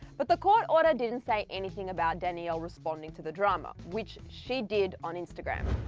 but the court order didn't say anything about danielle responding to the drama, which she did on instagram.